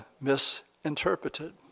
misinterpreted